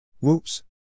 Whoops